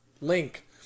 link